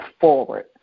forward